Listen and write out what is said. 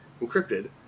encrypted